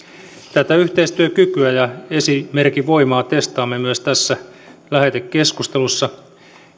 tätä yhteistyökykyä ja esimerkin voimaa testaamme myös tässä lähetekeskustelussa